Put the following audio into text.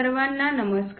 सर्वांना नमस्कार